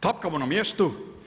Tapkamo na mjestu.